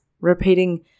Repeating